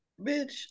bitch